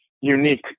unique